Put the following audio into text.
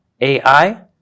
AI